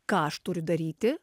ką aš turiu daryti